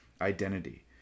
identity